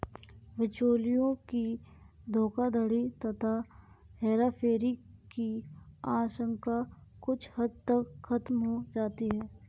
बिचौलियों की धोखाधड़ी तथा हेराफेरी की आशंका कुछ हद तक खत्म हो जाती है